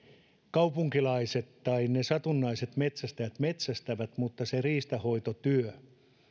kaupunkilaiset tai satunnaiset metsästäjät metsästävät mutta se riistanhoitotyö